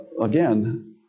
again